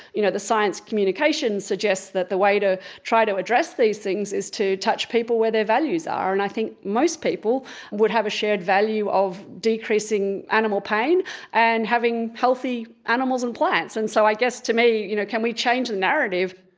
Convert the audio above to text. you know, the science communication suggests that the way to try to address these things is to touch people where their values are. and i think most people would have a shared value of decreasing animal pain and having healthy animals and plants. and so i guess, to me, you know, can we change the narrative?